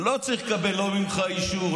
אני לא צריך לקבל ממך אישור,